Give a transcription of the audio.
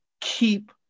keep